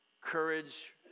Courage